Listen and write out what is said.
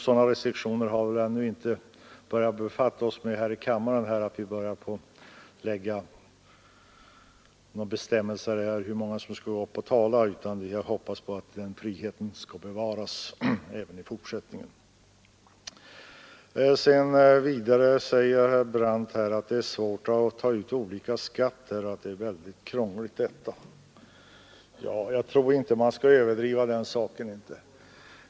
Sådana restriktioner har vi väl ännu inte börjat befatta oss med här i kammaren att vi har några bestämmelser om hur många som skall gå upp och tala, utan vi hoppas att friheten på detta område skall bevaras även i fortsättningen. Vidare sade herr Brandt att det är väldigt krångligt att ta ut olika skatt. Jag tror inte man skall överdriva den saken.